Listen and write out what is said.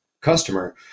Customer